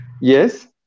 Yes